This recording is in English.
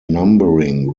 numbering